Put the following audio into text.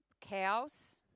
cows